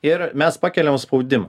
ir mes pakeliam spaudimą